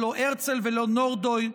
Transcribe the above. ולא הרצל ולא נורדוי,